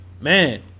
Man